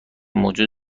موجود